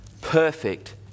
perfect